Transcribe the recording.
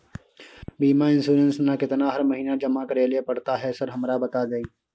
बीमा इन्सुरेंस ना केतना हर महीना जमा करैले पड़ता है सर हमरा बता दिय?